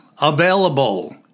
available